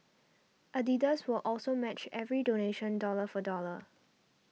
Adidas will also match every donation dollar for dollar